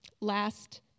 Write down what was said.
last